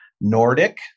Nordic